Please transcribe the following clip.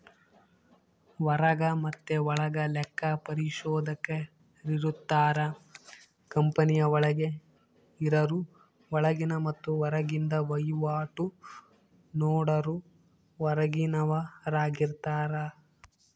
ಹೊರಗ ಮತೆ ಒಳಗ ಲೆಕ್ಕ ಪರಿಶೋಧಕರಿರುತ್ತಾರ, ಕಂಪನಿಯ ಒಳಗೆ ಇರರು ಒಳಗಿನ ಮತ್ತೆ ಹೊರಗಿಂದ ವಹಿವಾಟು ನೋಡರು ಹೊರಗಿನವರಾರ್ಗಿತಾರ